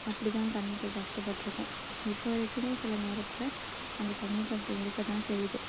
அப்படி தான் தண்ணிக்கே கஷ்டப்பட்டிருக்கோம் இப்போ வரைக்கும் சில நேரத்தில் அந்த தண்ணி கஷ்டம் இருக்க தான் செய்யுது